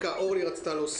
אורלי רצתה להוסיף פה.